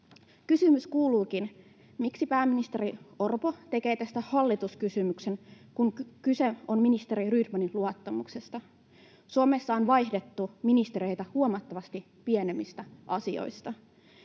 Kysymys kuuluukin: Miksi pääministeri Orpo tekee tästä hallituskysymyksen, kun kyse on ministeri Rydmanin luottamuksesta? Suomessa on vaihdettu ministereitä huomattavasti pienemmistä asioista.